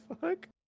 fuck